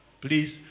Please